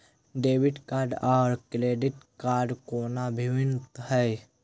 Debit card आ credit कोना भिन्न है?